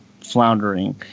floundering